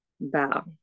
bow